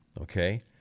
okay